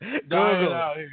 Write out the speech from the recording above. Google